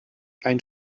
ein